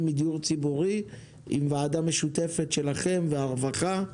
מדיור ציבורי עם ועדה משותפת שלכם ועם הרווחה.